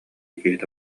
киһитэ